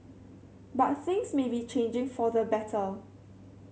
but things may be changing for the better